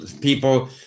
people